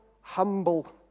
humble